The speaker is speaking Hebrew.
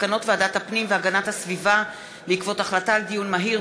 מסקנות ועדת הפנים והגנת הסביבה בעקבות דיון מהיר